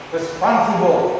Responsible